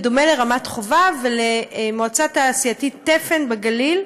בדומה לרמת חובב ולמועצה תעשייתית תפן בגליל.